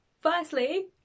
Firstly